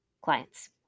clients